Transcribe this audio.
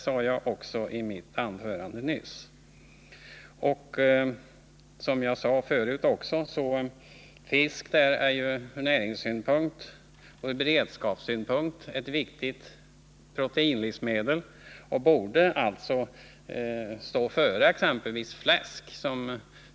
Som jag sade förut är fisk från näringsoch beredskapssynpunkt ett viktigt proteinlivsmedel och borde subventioneras mer än exempelvis fläsk.